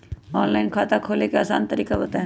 Online खाता खोले के आसान तरीका बताए?